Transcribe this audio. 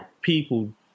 people